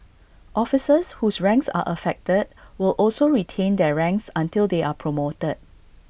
officers whose ranks are affected will also retain their ranks until they are promoted